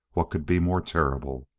what could be more terrible?